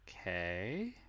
okay